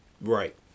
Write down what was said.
Right